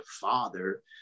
father